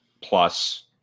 plus